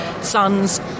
sons